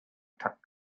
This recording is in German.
takt